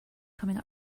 coming